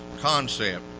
concept